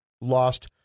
lost